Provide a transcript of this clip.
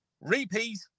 repeat